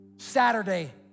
Saturday